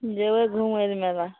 जेबय घुमय लए मेला